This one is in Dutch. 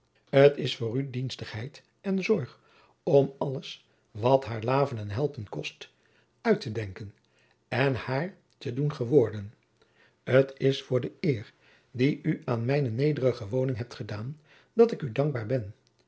t is voor oe dienstigheid en zorg om alles wat heur laven en helpen kost oettedenken en heur te doen eworden t is voor de eer die oe aan mijne nederige woning hebt edaôn dat ik oe dankbaôr ben